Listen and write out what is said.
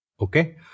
Okay